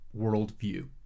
worldview